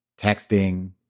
texting